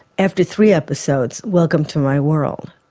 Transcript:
after three episodes welcome to my world.